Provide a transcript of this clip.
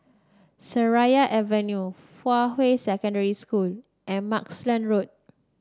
Seraya Avenue Fuhua Secondary School and Mugliston Road